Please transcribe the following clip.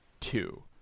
two